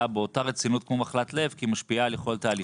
באותה רצינות כמו מחלת לב כי היא משפיעה על יכולת ההליכה.